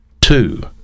Two